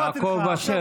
יעקב אשר,